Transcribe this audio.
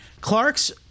Clark's